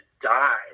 die